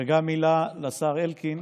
וגם מילה לשר אלקין: